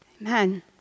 amen